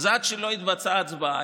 אז עד שלא התבצעה ההצבעה,